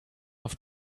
auf